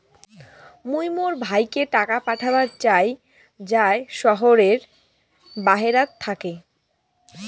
মুই মোর ভাইকে টাকা পাঠাবার চাই য়ায় শহরের বাহেরাত থাকি